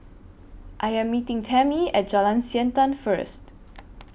I Am meeting Tammi At Jalan Siantan First